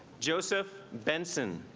joseph benson